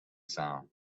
sound